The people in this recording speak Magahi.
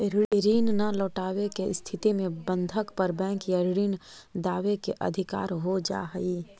ऋण न लौटवे के स्थिति में बंधक पर बैंक या ऋण दावे के अधिकार हो जा हई